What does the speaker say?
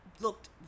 looked